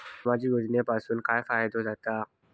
सामाजिक योजनांपासून काय फायदो जाता?